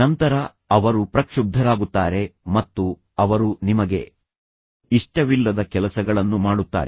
ನಂತರ ಅವರು ಪ್ರಕ್ಷುಬ್ಧರಾಗುತ್ತಾರೆ ಮತ್ತು ನಂತರ ಅವರು ವಿಚಲಿತರಾಗುತ್ತಾರೆ ಮತ್ತು ಅವರು ನಿಮಗೆ ಇಷ್ಟವಿಲ್ಲದ ಕೆಲಸಗಳನ್ನು ಮಾಡುತ್ತಾರೆ